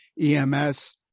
EMS